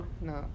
No